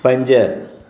पंज